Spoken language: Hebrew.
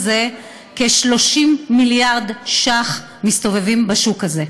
כ-30 מיליארד שקלים מסתובבים בשוק הזה,